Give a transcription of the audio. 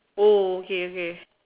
oh okay okay